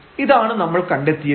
ഇതാണ് നമ്മൾ കണ്ടെത്തിയത്